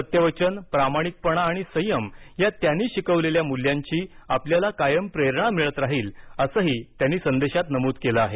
सत्यवचन प्रामाणिकपणा आणि संयम या त्यांनी शिकवलेल्या मूल्यांचीआपल्याला कायम प्रेरणा मिळत राहील असंही त्यांनी संदेशात नमूद केलं आहे